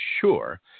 sure